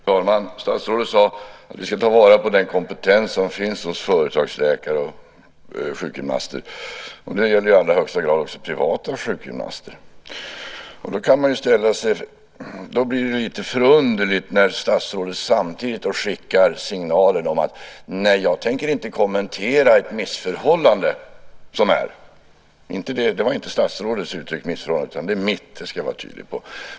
Fru talman! Statsrådet sade att vi ska ta vara på den kompetens som finns hos företagsläkare och sjukgymnaster. Det gäller i allra högsta grad också privata sjukgymnaster. Det blir lite förunderligt när statsrådet samtidigt skickar signaler om att hon inte tänker kommentera ett missförhållande som råder. Missförhållande var inte statsrådets uttryck utan mitt; det ska jag vara tydlig med.